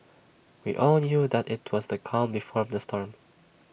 we all knew that IT was the calm before the storm